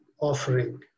offering